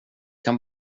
kan